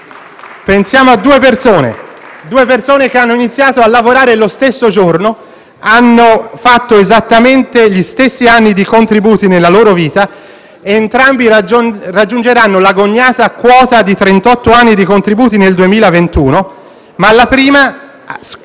Pensiamo a due persone che hanno iniziato a lavorare lo stesso giorno e hanno maturato esattamente gli stessi anni di contributi nella loro vita. Entrambi raggiungeranno l'agognata quota di trentotto anni di contributi nel 2021, ma la prima